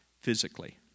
physically